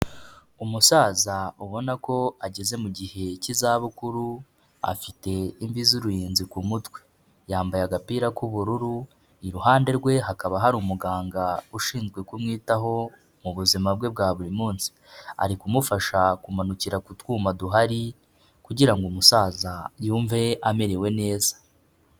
Umusaza ubona ko ageze mu gihe cy'izabukuru afite imvi z'uruyenzi ku mutwe, yambaye agapira k'ubururu, iruhande rwe hakaba hari umuganga ushinzwe kumwitaho mu buzima bwe bwa buri munsi, ari kumufasha kumanukira ku twuma duhari kugira ngo umusaza yumve amerewe neza.